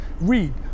read